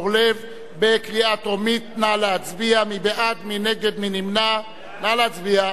חוק המפלגות עברה בקריאה טרומית ותועבר לוועדת החוקה,